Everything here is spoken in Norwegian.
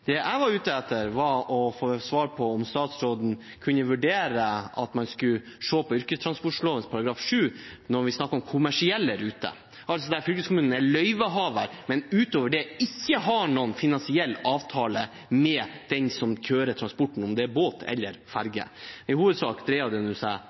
Det jeg var ute etter, var å få svar på om statsråden kunne vurdere om man skulle se på yrkestransportloven § 7 når vi snakker om kommersielle ruter, der fylkeskommunen altså er løyvehaver, men utover det ikke har noen finansiell avtale med den som kjører transporten, om det båt eller ferge. I hovedsak dreier det seg